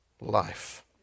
life